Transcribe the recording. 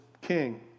king